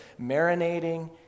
marinating